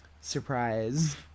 Surprise